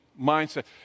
mindset